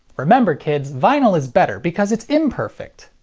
remember kids, vinyl is better because it's imperfect!